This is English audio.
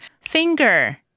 finger